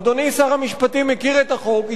אדוני שר המשפטים מכיר את החוק,